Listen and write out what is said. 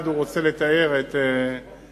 כיצד הוא רוצה לתאר את מאפייניו,